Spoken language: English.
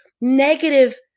negative